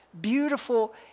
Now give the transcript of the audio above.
beautiful